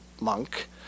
monk